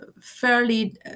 fairly